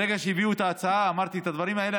ברגע שהביאו את ההצעה אמרתי את הדברים האלה.